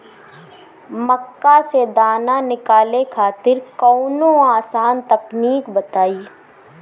मक्का से दाना निकाले खातिर कवनो आसान तकनीक बताईं?